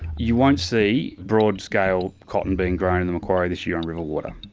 you won't see broadscale cotton being grown in the macquarie this year on river water.